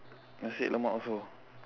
nasi lemak also